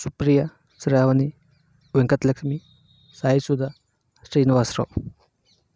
Supriya Sravani Venkatalakshmi Saisudha Srinivasarao